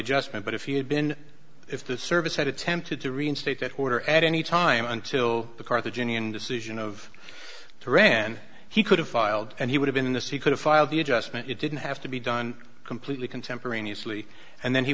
adjustment but if he had been if the service had attempted to reinstate that order at any time until the carthaginian decision of taran he could have filed and he would have been this he could have filed the adjustment you didn't have to be done completely contemporaneously and then he